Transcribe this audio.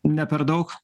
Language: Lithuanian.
ne per daug